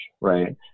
Right